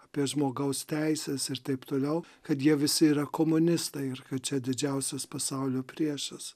apie žmogaus teises ir taip toliau kad jie visi yra komunistai ir čia didžiausias pasaulio priešas